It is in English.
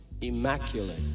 immaculate